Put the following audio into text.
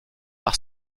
par